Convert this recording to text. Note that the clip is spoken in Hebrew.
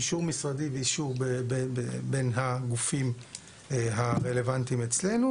אישור משרדי ואישור בין הגופים הרלוונטיים אצלנו,